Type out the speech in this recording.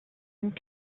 and